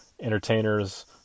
entertainers